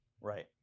Right